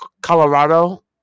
Colorado